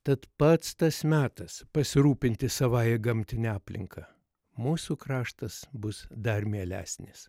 tad pats tas metas pasirūpinti savąja gamtine aplinka mūsų kraštas bus dar mielesnis